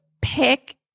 pick